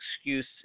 excuse